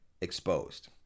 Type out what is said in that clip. exposed